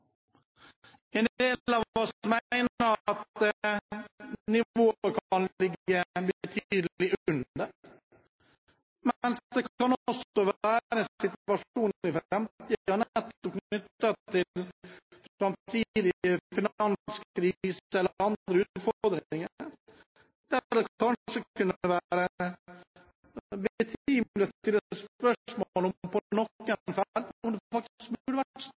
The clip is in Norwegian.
En del av oss mener at nivået kan ligge betydelig under, mens det også kan være en situasjon i framtiden, knyttet til framtidig finanskrise eller andre utfordringer, der det kanskje kunne være betimelig å stille spørsmål ved om det faktisk burde vært